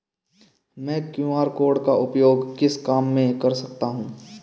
मैं QR code का उपयोग किस काम में कर सकता हूं?